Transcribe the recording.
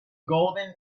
golden